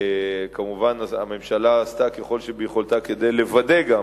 כמובן, הממשלה עשתה ככל שביכולתה לוודא גם